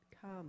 Come